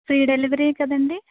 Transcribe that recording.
free డెలివరీయే కదండి